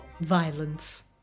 Violence